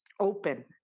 open